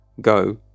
go